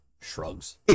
Shrugs